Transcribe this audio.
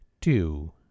two